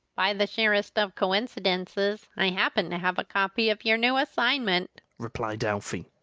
by the sheerest of coincidences i happen to have a copy of your new assignment! replied alfie.